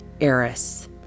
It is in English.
heiress